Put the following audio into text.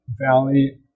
Valley